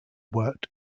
worked